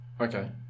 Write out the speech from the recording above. Okay